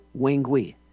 Wengui